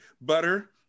Butter